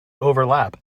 overlap